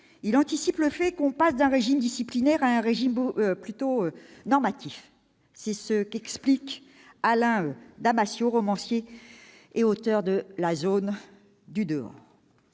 Il anticipe le fait qu'on passe d'un régime disciplinaire à un régime plus normatif. » C'est ce qu'explique Alain Damasio, romancier et auteur de. « On troque une